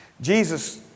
Jesus